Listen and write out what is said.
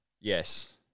Yes